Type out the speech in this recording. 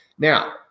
Now